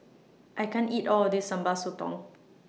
I can't eat All of This Sambal Sotong